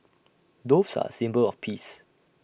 doves are A symbol of peace